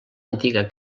antiga